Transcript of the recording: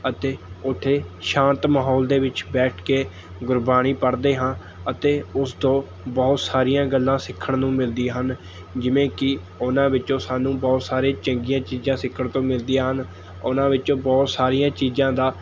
ਅਤੇ ਉੱਥੇ ਸ਼ਾਂਤ ਮਾਹੌਲ ਦੇ ਵਿੱਚ ਬੈਠ ਕੇ ਗੁਰਬਾਣੀ ਪੜ੍ਹਦੇ ਹਾਂ ਅਤੇ ਉਸ ਤੋਂ ਬਹੁਤ ਸਾਰੀਆਂ ਗੱਲਾਂ ਸਿੱਖਣ ਨੂੰ ਮਿਲਦੀਆਂ ਹਨ ਜਿਵੇਂ ਕਿ ਉਨ੍ਹਾਂ ਵਿੱਚੋਂ ਸਾਨੂੰ ਬਹੁਤ ਸਾਰੇ ਚੰਗੀਆਂ ਚੀਜ਼ਾਂ ਸਿੱਖਣ ਤੋਂ ਮਿਲਦੀਆਂ ਹਨ ਉਨ੍ਹਾਂ ਵਿੱਚੋਂ ਬਹੁਤ ਸਾਰੀਆਂ ਚੀਜ਼ਾਂ ਦਾ